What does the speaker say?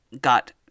got